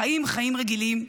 חיים חיים רגילים,